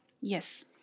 Yes